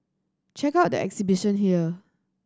check out the exhibition here